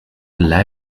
live